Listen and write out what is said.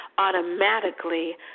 automatically